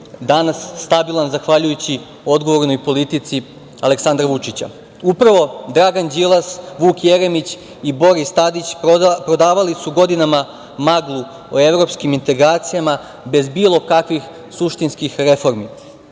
danas stabilan zahvaljujući odgovornoj politici Aleksandra Vučića. Dragan Đilas, Vuk Jeremić i Boris Tadić prodavali su godinama maglu o evropskim integracijama, bez bilo kakvih suštinskih reformi.Za